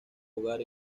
hogar